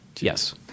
Yes